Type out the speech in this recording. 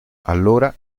allora